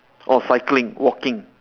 oh cycling walking